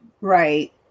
right